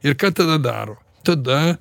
ir ką tada daro tada